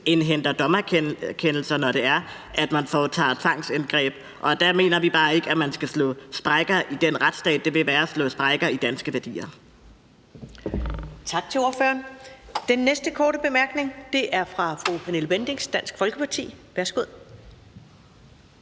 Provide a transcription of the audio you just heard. indhenter dommerkendelser, når man foretager tvangsindgreb. Og der mener vi bare ikke, at man skal slå sprækker i den retsstat. For det vil være at slå sprækker i danske værdier.